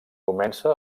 comença